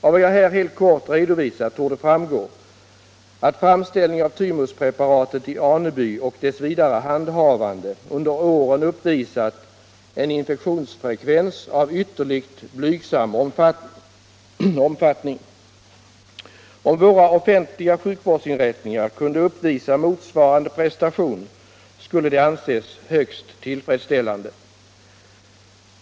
Av vad jag här helt kort redovisat torde framgå att framställning av thymuspreparatet i Aneby och dess vidare handhavande under åren uppvisat en infektionsfrekvens av ytterligt blygsam omfattning. Om våra offentliga sjukvårdsinrättningar kunde uppvisa motsvarande prestation skulle det anses högst tillfredsställande.